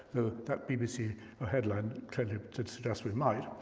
that bbc ah headline clearly did suggest we might.